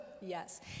Yes